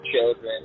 children